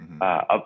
Up